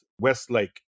Westlake